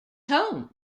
home